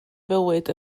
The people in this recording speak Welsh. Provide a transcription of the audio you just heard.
fywyd